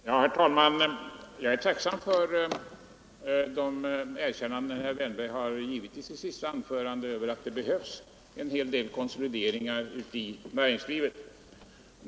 vid beskattningen Herr talman! Jag är tacksam för de erkännanden herr Wärnberg i sitt sista anförande gjorde av att det behövs en hel del konsolideringar i nä ringslivet.